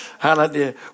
Hallelujah